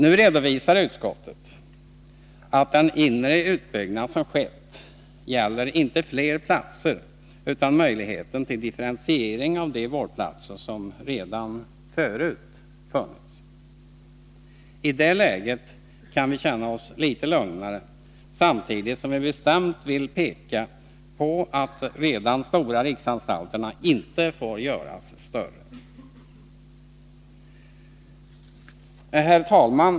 Nu redovisar utskottet att den inre utbyggnad som skett inte gäller fler platser utan möjligheten till differentiering av de vårdplatser som redan förut funnits. I det läget kan vi känna oss litet lugnare samtidigt som vi bestämt vill påpeka att de redan stora riksanstalterna inte får göras större. Herr talman!